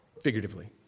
figuratively